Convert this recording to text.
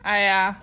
!aiya!